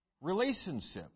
Relationships